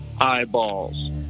eyeballs